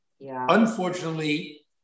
unfortunately